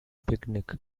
picnic